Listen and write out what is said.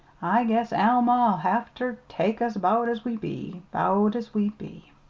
i guess alma'll have ter take us about as we be about as we be.